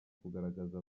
kugaragaza